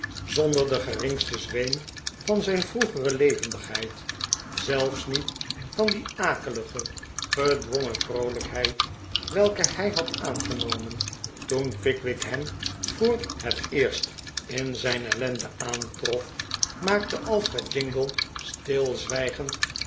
zonder den geringsten zweem van zijn vroegere levendigheid zelfs niet van die akelige gedwon'gen vroolijkheid welke hij had aangenomen toen pickwick hem voor het eerst in zijn ellende aantrof maakte alfred jingle stilzwijgend